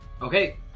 Okay